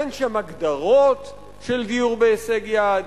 אין שם הגדרות של דיור בהישג יד,